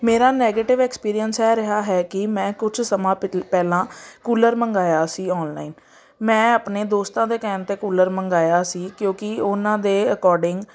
ਮੇਰਾ negative experience ਇਹ ਰਿਹਾ ਹੈ ਕਿ ਮੈਂ ਕੁਛ ਸਮਾਂ ਪੇ ਪਹਿਲਾਂ ਕੂਲਰ ਮੰਗਵਾਇਆ ਸੀ ਔਨਲਾਈਨ ਮੈਂ ਆਪਣੇ ਦੋਸਤਾਂ ਦੇ ਕਹਿਣ 'ਤੇ ਕੂਲਰ ਮੰਗਵਾਇਆ ਸੀ ਕਿਉਂਕਿ ਉਹਨਾਂ ਦੇ ਅਕੋਰਡਿੰਗ